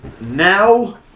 Now